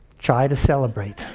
try to celebrate.